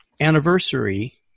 anniversary